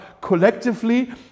collectively